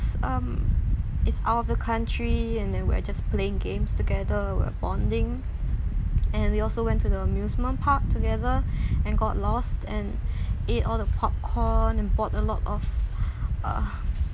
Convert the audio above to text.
it's um it's out of the country and then we're just playing games together we're bonding and we also went to the amusement park together and got lost and ate all the popcorn and bought a lot of uh